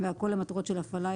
והכל למטרות של הפעלה,